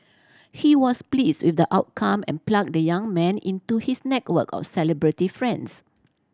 he was please with the outcome and plug the young man into his network of celebrity friends